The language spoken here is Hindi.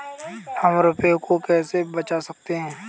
हम रुपये को कैसे बचा सकते हैं?